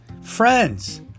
friends